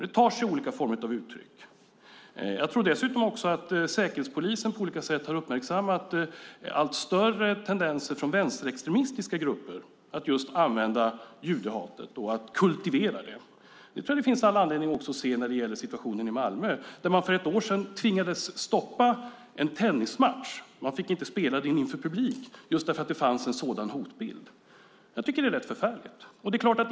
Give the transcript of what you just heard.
Det tar sig olika uttryck. Jag tror dessutom att säkerhetspolisen på olika sätt har uppmärksammat allt större tendenser från vänsterextremistiska grupper att just använda judehatet och att kultivera det. Det tror jag att det finns all anledning att se också när det gäller situationen i Malmö där man för ett år sedan tvingades stoppa en tennismatch. Man fick inte spela den inför publik just därför att det fanns en sådan hotbild. Jag tycker att det är rätt förfärligt.